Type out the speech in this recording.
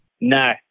No